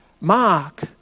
Mark